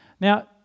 Now